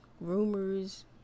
rumors